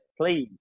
Please